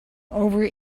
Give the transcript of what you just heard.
over